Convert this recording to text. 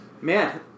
man